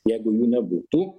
jeigu jų nebūtų